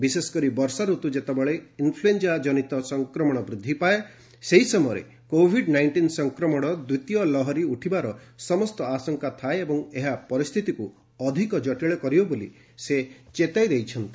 ବିଶେଷକରି ବର୍ଷାରତ୍ ଯେତେବେଳେ ଇନ୍ଫ୍ଲଏଞ୍ଜା କନିତ ସଂକ୍ରମଣ ବୃଦ୍ଧି ପାଏ ସେହି ସମୟରେ କୋଭିଡ୍ ନାଇଷ୍ଟିନ୍ ସଫକ୍ରମଣର ଦ୍ୱିତୀୟ ଲହରୀ ଉଠିବାର ସମସ୍ତ ଆଶଙ୍କା ଥାଏ ଏବଂ ଏହା ପରିସ୍ଥିତିକୁ ଅଧିକ ଜଟିଳ କରିବ ବୋଲି ସେ ଚେତାଇ ଦେଇଛନ୍ତି